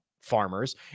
farmers